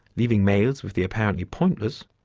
leaving males with the apparently pointless,